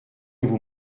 vous